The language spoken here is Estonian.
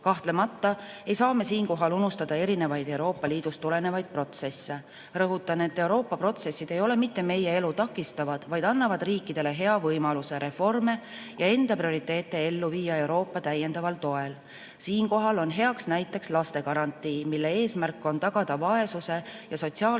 toetamisel. Kahtlemata ei saa me siinkohal unustada erinevaid Euroopa Liidust tulenevaid protsesse. Rõhutan, et Euroopa protsessid mitte ei takista meie elu, vaid annavad riikidele hea võimaluse reforme ja enda prioriteete viia ellu Euroopa täiendaval toel. Siinkohal on heaks näiteks lastegarantii, mille eesmärk on tagada vaesuse ja sotsiaalse